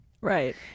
Right